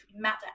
matter